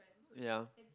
ya